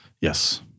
Yes